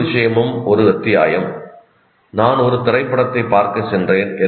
முழு விஷயமும் ஒரு அத்தியாயம்நான் ஒரு திரைப்படத்தைப் பார்க்க சென்றேன்